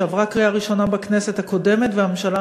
שעברה בקריאה ראשונה בכנסת הקודמת והממשלה